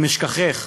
אם אשכחך,